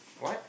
what